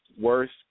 worse